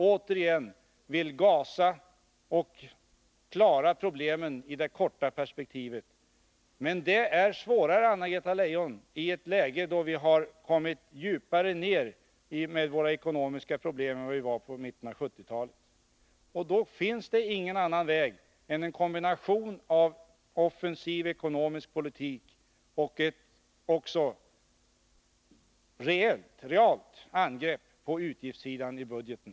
Återigen vill man gasa på och klara problemen i det korta perspektivet. Det är emellertid, Anna-Greta Leijon, svårare nu, eftersom de ekonomiska problemen är djupare än de var på 1970-talet. Det finns ingen annan väg att gå än att kombinera en offensiv ekonomisk politik med ett realt angrepp på utgiftssidan i budgeten.